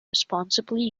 responsibly